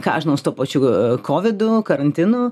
ką aš žinau su tuo pačiu kovidu karantinu